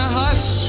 hush